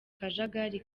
kajagari